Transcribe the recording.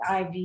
IV